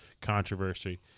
controversy